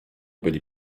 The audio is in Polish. byli